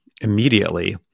immediately